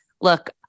look